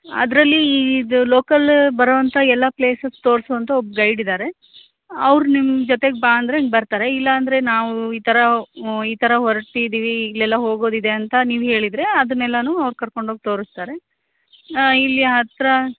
ಅದರಲ್ಲಿ ಇದು ಲೋಕಲ್ ಬರುವಂತ ಎಲ್ಲಾ ಪ್ಲೇಸಸ್ ತೋರ್ಸೋವಂತ ಒಬ್ಬ ಗೈಡ್ ಇದ್ದಾರೆ ಅವರು ನಿಮ್ಮ ಜೊತೆಗೆ ಬಾ ಅಂದರೆ ಬರ್ತಾರೆ ಇಲ್ಲಾಂದರೆ ನಾವು ಈ ಥರ ಈ ಥರ ಹೊರಡ್ತೀದ್ದೀವಿ ಇಲ್ಲೆಲ್ಲಾ ಹೋಗೋದಿದೆ ಅಂತ ನೀವು ಹೇಳಿದರೆ ಅದನ್ನೆಲ್ಲಾನು ಅವರು ಕರ್ಕೊಂಡು ಹೋಗಿ ತೋರಿಸ್ತಾರೆ ಇಲ್ಲಿ ಹತ್ತಿರ